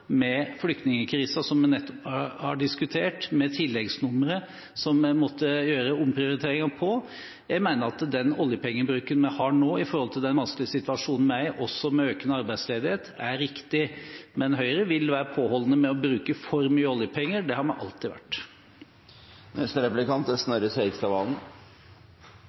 med flyktningkrisen som vi nettopp har diskutert, med tilleggsnummeret som vi måtte gjøre omprioriteringer i. Jeg mener at oljepengebruken vi har nå i den vanskelige situasjonen vi er i, også med økende arbeidsledighet, er riktig. Men Høyre vil være påholden med å bruke for mye oljepenger, det har vi alltid